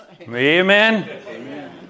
Amen